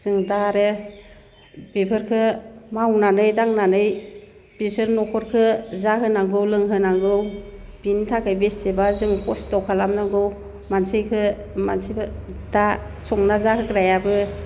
जों दा आरो बेफोरखो मावनानै दांनानै बिसोर न'खरखो जाहोनांगौ लोंहोनांगौ बिनि थाखाय बेसेबा जों खस्थ' खालामनांगौ मानसिखो दा संना जाहोग्रायाबो